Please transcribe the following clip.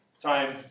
time